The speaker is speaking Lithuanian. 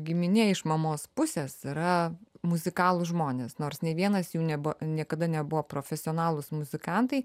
giminė iš mamos pusės yra muzikalūs žmonės nors nei vienas jų nebu niekada nebuvo profesionalūs muzikantai